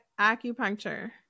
acupuncture